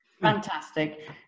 Fantastic